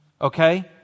Okay